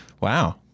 Wow